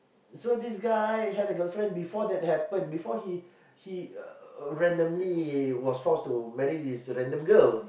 so this guy had a girlfriend before that happen before he he randomly was forced to marry this random girl